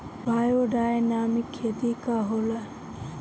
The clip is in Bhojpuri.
बायोडायनमिक खेती का होला?